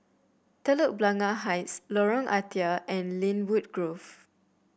Telok Blangah Heights Lorong Ah Thia and Lynwood Grove